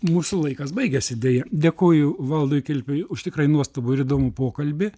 mūsų laikas baigėsi deja dėkoju valdui kilpiui už tikrai nuostabų ir įdomų pokalbį